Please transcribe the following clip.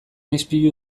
ispilu